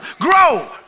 grow